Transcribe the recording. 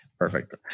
Perfect